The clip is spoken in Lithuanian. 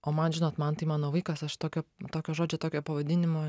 o man žinot man tai mano vaikas aš tokio tokio žodžio tokio pavadinimo